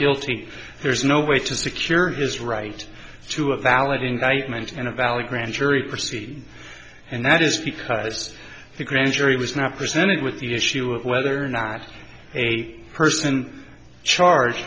guilty there's no way to secure his right to a valid indictment and a valid grand jury perceive and that is because the grand jury was not presented with the issue of whether or not a person charged